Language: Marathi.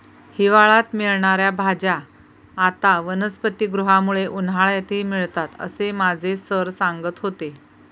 हिवाळ्यात मिळणार्या भाज्या आता वनस्पतिगृहामुळे उन्हाळ्यातही मिळतात असं माझे सर सांगत होते